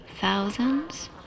thousands